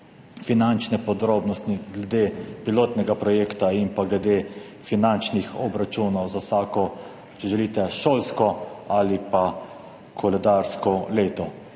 finančne podrobnosti glede pilotnega projekta in pa glede finančnih obračunov za vsako šolsko ali pa koledarsko leto.